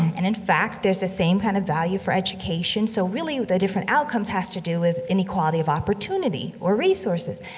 and in fact, there's the same kind of value for education, so really, the different outcomes has to do with inequality of opportunity or resources.